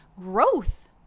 Growth